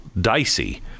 Dicey